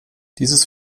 dieses